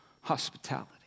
hospitality